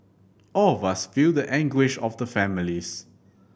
all of us feel the anguish of the families